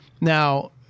now